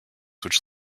which